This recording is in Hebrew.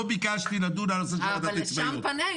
לא ביקשתי לדון על הנושא של ועדות עצמאיות.